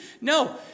No